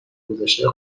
گذشته